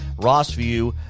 Rossview